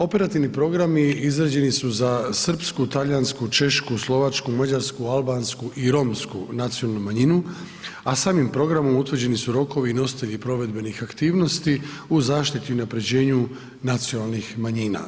Operativni programi izrađeni su za srpsku, talijansku, češku, slovačku, mađarsku, albansku i romsku nacionalnu manjinu a samim programom utvrđeni su rokovi i nositelji provedbenih aktivnosti u zaštiti i unapređenju nacionalnih manjina.